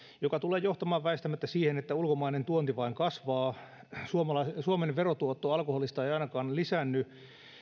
joka tulee johtamaan väistämättä siihen että ulkomainen tuonti vain kasvaa suomen verotuotto alkoholista ei ainakaan lisäänny